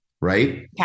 right